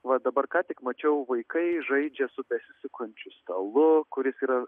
va dabar ką tik mačiau vaikai žaidžia su besisukančiu stalu kuris yra